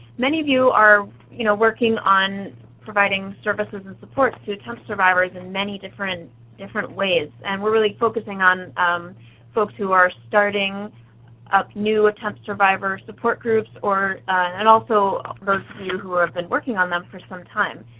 many of you are you know working on providing services and support to attempt survivors in many different different ways, and we're really focusing on folks who are starting up new attempt survivor support groups and also those of you who have been working on them for some time,